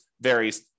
varies